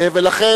לכן,